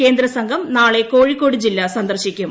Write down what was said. കേന്ദ്ര സംഘ്യ ന്റൊളെ കോഴിക്കോട് ജില്ല സന്ദർശിക്കും